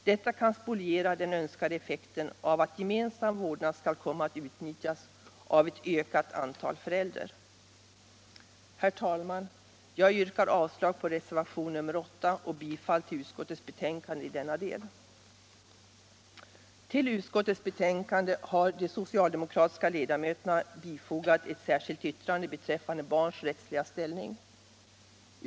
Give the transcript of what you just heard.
Detta kan spoliera den önskade effekten av att gemensam vårdnad skall komma att utnyttjas av ett ökat antal föräldrar. Herr talman! Jag yrkar avslag på reservationen 8 och bifall till utskottets betänkande i denna del. Till utskottets betänkande har de socialdemokratiska ledamöterna bifogat ett särskilt yttrande beträffande barns rättsliga ställning.